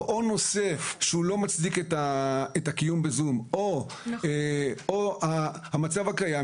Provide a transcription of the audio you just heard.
משהו שלא מצדיק את הקיום ב-זום או המצב הקיים,